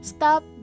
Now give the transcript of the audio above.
Stop